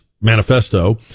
manifesto